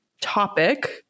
topic